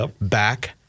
back